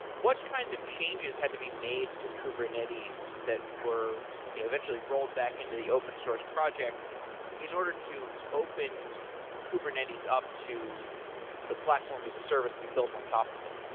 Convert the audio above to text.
what kinds of changes had to be made to kubernetes that were eventually rolled back into the open-source project in order to open kubernetes up to the platform as a service to be built on top of it?